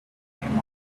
came